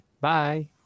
Bye